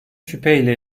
şüpheyle